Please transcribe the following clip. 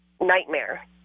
nightmare